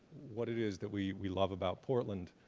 what it is that we we love about portland.